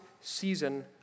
season